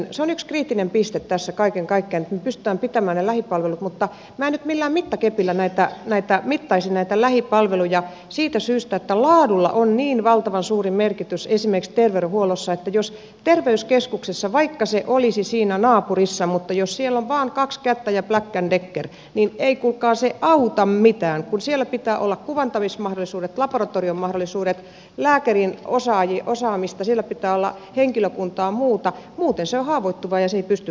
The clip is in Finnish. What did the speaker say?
se on yksi kriittinen piste tässä kaiken kaikkiaan että me pystymme pitämään ne lähipalvelut mutta minä en nyt millään mittakepillä mittaisi näitä lähipalveluja siitä syystä että laadulla on niin valtavan suuri merkitys esimerkiksi terveydenhuollossa että jos terveyskeskuksessa vaikka se olisi siinä naapurissa on vain kaksi kättä ja black decker niin ei kuulkaa se auta mitään koska siellä pitää olla kuvantamismahdollisuudet laboratoriomahdollisuudet lääkärin osaamista siellä pitää olla henkilökuntaa ja muuta muuten se on haavoittuva ja se ei pysty vastaamaan niihin tarpeisiin